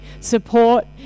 support